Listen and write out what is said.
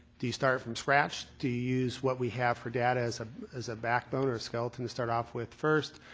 do you start from scratch? do you use what we have for data as ah as a backbone for a skeleton to start off with first?